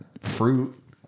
fruit